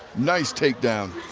nice takedown.